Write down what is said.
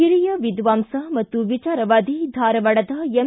ಹಿರಿಯ ವಿದ್ವಾಂಸ ಮತ್ತು ವಿಚಾರವಾದಿ ಧಾರವಾಡದ ಎಂ